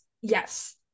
yes